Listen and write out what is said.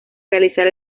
realizar